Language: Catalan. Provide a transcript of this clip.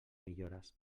millores